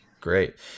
Great